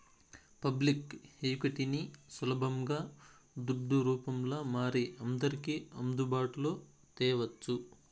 public ఈక్విటీని సులబంగా దుడ్డు రూపంల మారి అందర్కి అందుబాటులో తేవచ్చు